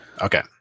Okay